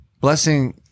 Blessing